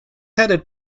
headed